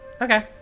okay